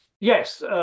Yes